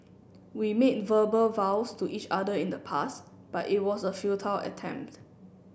we made verbal vows to each other in the past but it was a futile attempt